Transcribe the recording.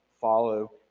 follow